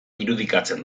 irudikatzen